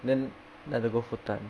then have to go 复旦